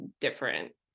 different